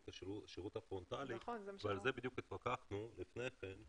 את השירות הפרונטלי ועל זה בדיוק התווכחנו לפני כן.